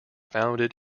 founded